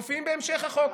מופיעים בהמשך החוק.